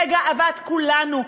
לגאוות כולנו,